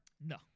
No